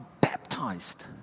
baptized